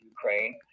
Ukraine